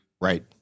Right